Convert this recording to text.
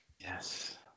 Yes